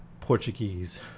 Portuguese